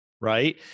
right